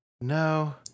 No